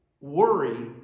worry